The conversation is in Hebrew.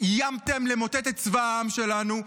איימתם למוטט את צבא העם שלנו,